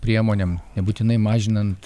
priemonėm nebūtinai mažinant